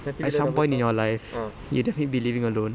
at some point in your life you'll definitely be living alone